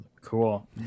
Cool